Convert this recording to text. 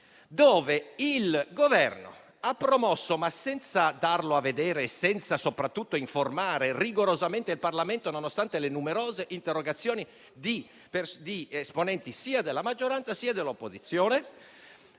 dove il Governo, senza darlo a vedere, ma soprattutto senza informare rigorosamente il Parlamento, nonostante le numerose interrogazioni di esponenti sia della maggioranza sia dell'opposizione,